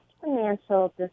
financial